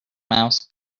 mouse